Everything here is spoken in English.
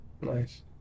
Nice